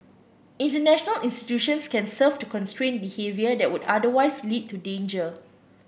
international institutions can serve to constrain behaviour that would otherwise lead to danger